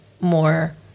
more